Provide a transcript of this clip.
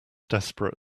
desperate